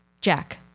jack